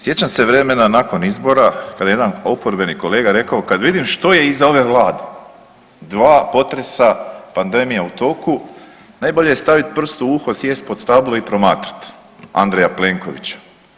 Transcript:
Sjećam se vremena nakon izbora kada je jedan oporbeni kolega rekao kad vidim što je iza ove Vlade dva potresa, pandemija u toku najbolje je staviti prstu u uho, sjest pod stablo i promatrati Andreja Plenkovića.